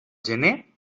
gener